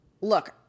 Look